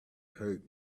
hurt